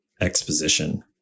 exposition